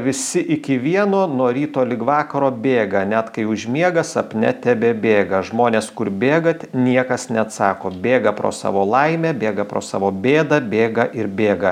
visi iki vieno nuo ryto lig vakaro bėga net kai užmiega sapne tebebėga žmonės kur bėgat niekas neatsako bėga pro savo laimę bėga pro savo bėdą bėga ir bėga